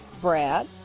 Brad